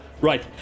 right